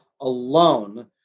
alone